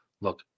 Look